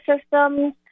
systems